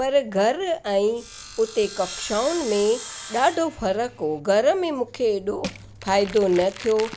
पर घर ऐं उते कक्षाउनि में ॾाढो फ़र्कु हो घर में मूंखे अहिड़ो फ़ाइदो न थियो